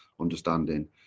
understanding